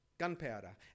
gunpowder